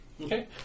Okay